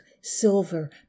silver